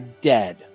dead